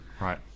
Right